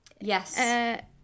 Yes